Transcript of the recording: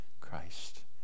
Christ